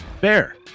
bear